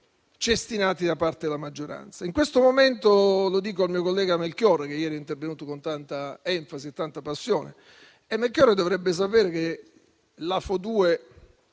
cestinato da parte della maggioranza. In questo momento - lo dico al mio collega Melchiorre, che ieri è intervenuto con tanta enfasi e passione - si dovrebbe sapere che l'Afo2